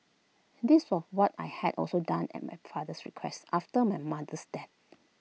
this was what I had also done at my father's requests after my mother's death